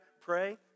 pray